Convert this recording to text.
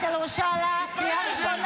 אתה צריך להתבייש.